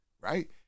right